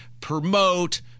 promote